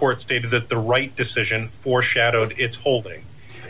court stated that the right decision for shadow of its holding